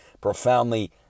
profoundly